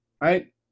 right